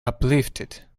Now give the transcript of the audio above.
uplifted